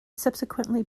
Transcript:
subsequently